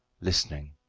listening